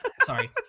Sorry